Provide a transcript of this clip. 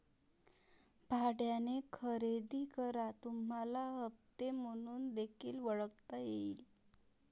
भाड्याने खरेदी करा तुम्हाला हप्ते म्हणून देखील ओळखता येईल